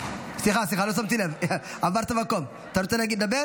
אינו נוכח, חברת הכנסת מיכל מרים